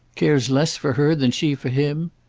cares less for her than she for him?